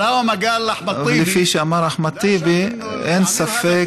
וכפי שאמר אחמד טיבי, אין ספק